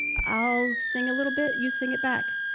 i'll sing a little bit you sing it back.